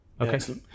Okay